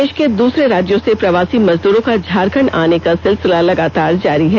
देष के दूसरे राज्यों से प्रवासी मजदूरों का झारखण्ड आने का सिलसिला लगातार जारी है